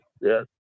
yes